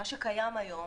מה שקיים היום.